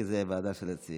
כי זו ועדה של הצעירים.